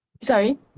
Sorry